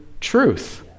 truth